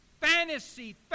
fantasy